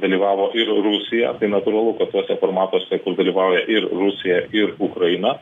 dalyvavo ir rusija tai natūralu kad tuose formatuose kur dalyvauja ir rusija ir ukraina